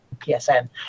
PSN